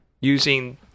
using